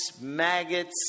maggots